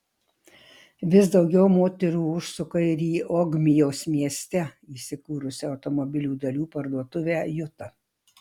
vis daugiau moterų užsuka ir į ogmios mieste įsikūrusią automobilių dalių parduotuvę juta